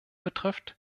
betrifft